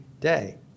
day